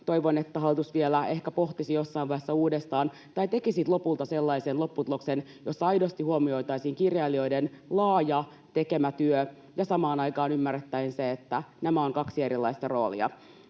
toivon, että hallitus ehkä vielä pohtisi tätä jossain vaiheessa uudestaan tai tekisi lopulta sellaisen lopputuloksen, jossa aidosti huomioitaisiin kirjailijoiden tekemä laaja työ ja samaan aikaan ymmärrettäisiin se, että nämä ovat kaksi erilaista roolia.